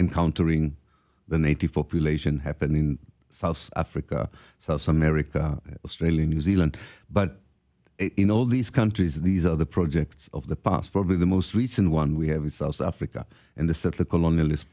encountering the native population happened in south africa south america australia new zealand but in all these countries these are the projects of the past probably the most recent one we have in south africa and the step the colonialist